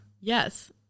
Yes